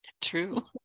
true